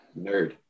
nerd